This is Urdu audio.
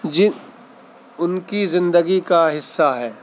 جن ان کی زندگی کا حصہ ہے